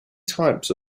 types